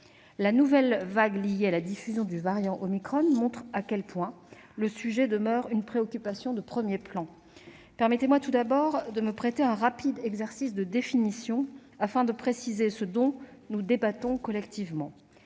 La nouvelle vague due à la diffusion du variant omicron montre à quel point le sujet demeure une préoccupation de premier plan. Permettez-moi, tout d'abord, de me prêter à un rapide exercice de définition, afin de préciser ce dont nous débattons collectivement.